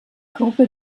gruppe